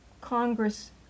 Congress